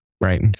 Right